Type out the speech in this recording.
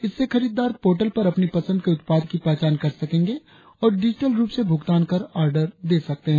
इससे खरीददार पोर्टल पर अपनी पसंद के उत्पाद की पहचान कर सकेंगे और डिजिटल रुप से भुगतान कर आर्डर दे सकते है